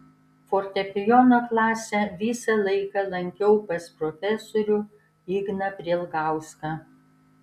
fortepijono klasę visą laiką lankiau pas profesorių igną prielgauską